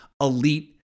elite